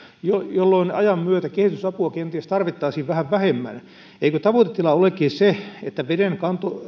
jolloin ajan myötä kehitysapua kenties tarvittaisiin vähän vähemmän eikö tavoitetila olekin se että veden